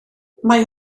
mae